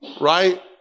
right